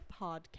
podcast